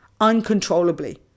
uncontrollably